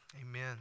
Amen